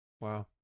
Wow